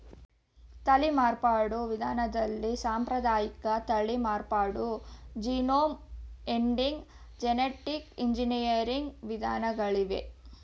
ತಳಿ ಮಾರ್ಪಾಡು ವಿಧಾನದಲ್ಲಿ ಸಾಂಪ್ರದಾಯಿಕ ತಳಿ ಮಾರ್ಪಾಡು, ಜೀನೋಮ್ ಎಡಿಟಿಂಗ್, ಜೆನಿಟಿಕ್ ಎಂಜಿನಿಯರಿಂಗ್ ವಿಧಾನಗಳಿವೆ